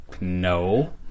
No